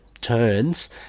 turns